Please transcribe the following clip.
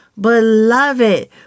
Beloved